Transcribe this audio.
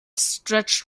stretched